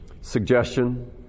suggestion